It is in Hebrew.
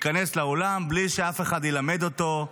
וייכנס לאולם בלי שאף אחד ילמד אותו,